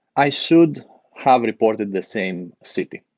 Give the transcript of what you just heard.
i should have reported the same city.